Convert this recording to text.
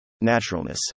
Naturalness